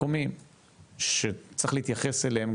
מקומיים שצריך להתייחס אליהם,